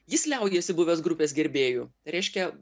jis liaujasi buvęs grupės gerbėju reiškia